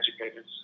educators